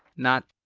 not.